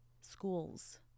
schools